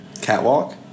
Catwalk